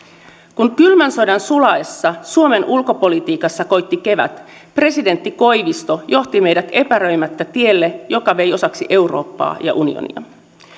kun kylmän sodan sulaessa suomen ulkopolitiikassa koitti kevät presidentti koivisto johti meidät epäröimättä tielle joka vei osaksi eurooppaa ja unionia